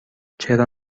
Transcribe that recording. چرا